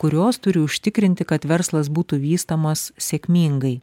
kurios turi užtikrinti kad verslas būtų vystomas sėkmingai